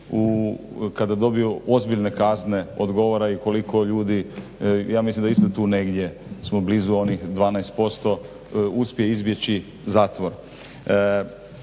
kada dobiju ozbiljne kazne odgovara i koliko ljudi, ja mislim da isto tu negdje smo blizu onih 12% uspije izbjeći zatvor.